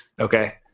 Okay